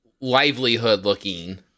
livelihood-looking